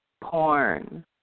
porn